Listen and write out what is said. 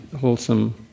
wholesome